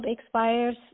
expires